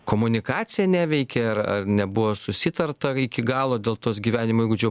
komunikacija neveikia ar ar nebuvo susitarta iki galo dėl tos gyvenimo įgūdžių